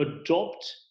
adopt